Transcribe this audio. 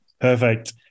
Perfect